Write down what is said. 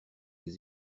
des